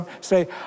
say